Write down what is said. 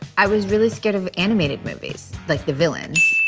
i was really scared of animated movies, like the villains.